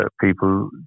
people